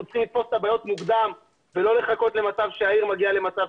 צריכים לתפוס את הבעיות מוקדם ולא לחכות למצב שהעיר מגיעה שהיא קורסת.